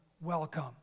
welcome